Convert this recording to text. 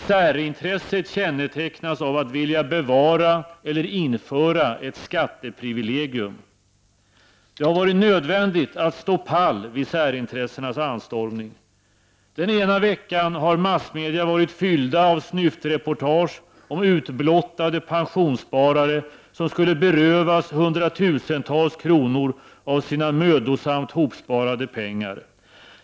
Särintresset kännetecknas av en vilja att bevara eller införa ett skatteprivilegium. Det har varit nödvändigt att stå pall vid anstormningen från särintressena. Den ena veckan har massmedierna varit fyllda av snyftreportage om utblottade pensionssparare som skulle berövas hundratusentals kronor av sina mödosamt hopsparade pengar.